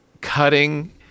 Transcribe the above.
cutting